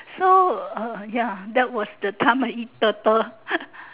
so uh ya that was the time I eat turtle